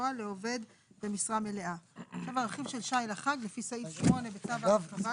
הסבר 44 דמי חגים לפי סעיף 19 בצו ההרחבה